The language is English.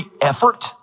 effort